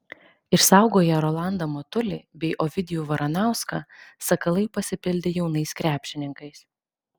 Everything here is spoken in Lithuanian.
išsaugoję rolandą matulį bei ovidijų varanauską sakalai pasipildė jaunais krepšininkais